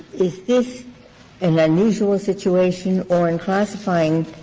is this an unusual situation or in classifying